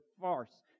farce